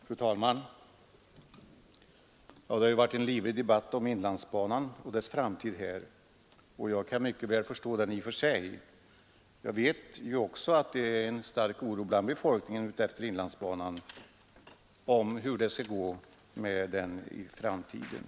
Fru talman! Här har förts en livlig debatt om inlandsbanan och dess framtid, och i och för sig kan jag mycket väl förstå det. Jag vet även att det bland befolkningen utefter inlandsbanan finns en stark oro för hur det skall gå med banan i framtiden.